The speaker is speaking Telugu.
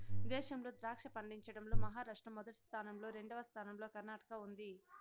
దేశంలో ద్రాక్ష పండించడం లో మహారాష్ట్ర మొదటి స్థానం లో, రెండవ స్థానం లో కర్ణాటక ఉంది